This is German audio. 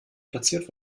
platziert